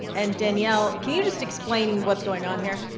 and danielle, can you just explain what's going on here?